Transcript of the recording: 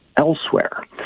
elsewhere